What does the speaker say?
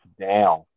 down